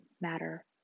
matter